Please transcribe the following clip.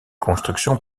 constructions